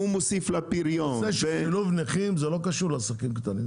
זה שצריך שילוב נכים לא קשור לעסקים קטנים.